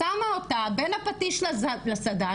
שמה אותה בין הפטיש לסדן,